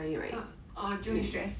ah orh 就会 stress